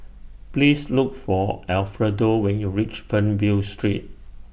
Please Look For Alfredo when YOU REACH Fernvale Street